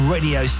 Radio